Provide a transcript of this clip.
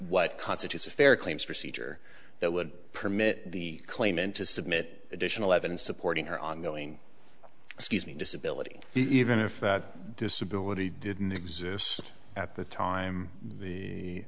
what constitutes a fair claims procedure that would permit the claimant to submit additional evidence supporting her ongoing excuse me disability even if that disability didn't exist at the time the